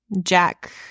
Jack